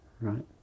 Right